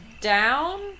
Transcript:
down